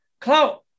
cloud